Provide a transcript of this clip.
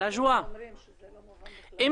אני